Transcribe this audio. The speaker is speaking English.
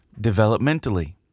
developmentally